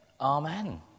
amen